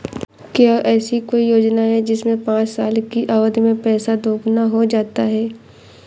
क्या ऐसी कोई योजना है जिसमें पाँच साल की अवधि में पैसा दोगुना हो जाता है?